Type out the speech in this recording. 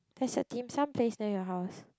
there's a dim sum place near your house